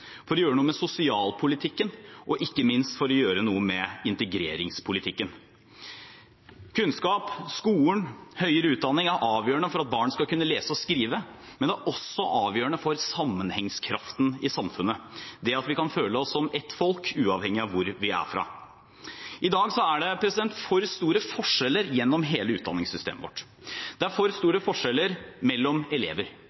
for å gjøre noe med sosialpolitikken og ikke minst for å gjøre noe med integreringspolitikken. Kunnskap, skolen, høyere utdanning er avgjørende for at barn skal kunne lese og skrive, men det er også avgjørende for sammenhengskraften i samfunnet, det at vi kan føle oss som ett folk uavhengig av hvor vi er fra. I dag er det for store forskjeller gjennom hele utdanningssystemet vårt, det er for store forskjeller mellom elever.